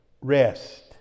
rest